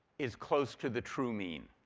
is close to the true mean,